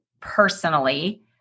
personally